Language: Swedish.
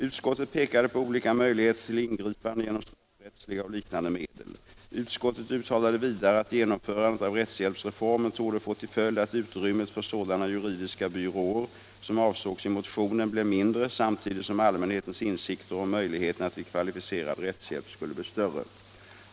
Utskottet pekade på olika möjligheter till ingripande genom straffrättsliga och liknande medel. Utskottet uttalade vidare att genomförandet av rättshjälpsreformen torde få till följd att utrymmet för sådana juridiska byråer som avsågs i motionen blev mindre samtidigt som allmänhetens insikter om möjligheterna till kvalificerad rättshjälp skulle bli större.